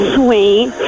sweet